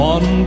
One